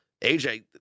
AJ